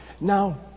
Now